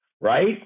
right